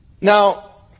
Now